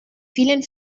vielen